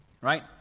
right